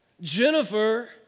Jennifer